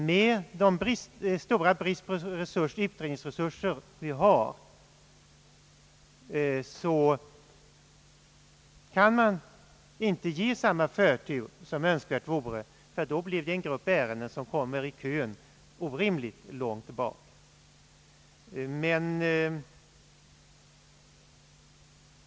Med den stora brist på utredningsresurser som polisen har kan man inte ge den förtur åt utredningar av brott av ungdomar som önskvärt vore, ty då skulle den grupp av ärenden som kommer i kön bli orimligt lång.